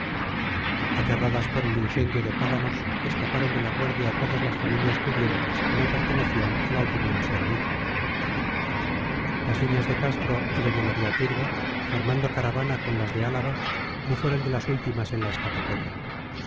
por el incendio de páganos escaparon de la guardia todas las familias pudientes que no pertenecían a la opinión servil las niñas de castro y doña maría tirgo formando caravana con las de álava no fueron de las últimas en la escapatoria